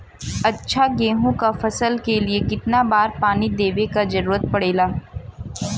अच्छा गेहूँ क फसल के लिए कितना बार पानी देवे क जरूरत पड़ेला?